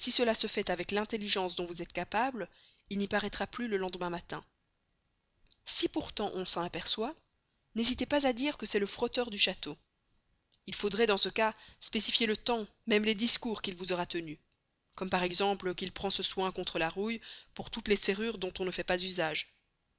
cela se fait avec l'intelligence dont vous êtes capable il n'y paraîtra plus le lendemain matin si pourtant on s'en apercevait n'hésitez pas à dire que c'est le frotteur du château il faudrait dans ce cas spécifier le temps même les discours qu'il vous aura tenus comme par exemple qu'il prend ce soin contre la rouille pour toutes les serrures dont on ne fait pas usage